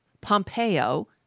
Pompeo